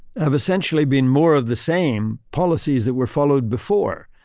have essentially been more of the same policies that were followed before.